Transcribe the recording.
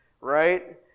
Right